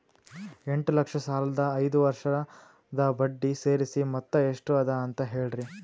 ಎಂಟ ಲಕ್ಷ ಸಾಲದ ಐದು ವರ್ಷದ ಬಡ್ಡಿ ಸೇರಿಸಿ ಮೊತ್ತ ಎಷ್ಟ ಅದ ಅಂತ ಹೇಳರಿ?